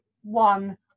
one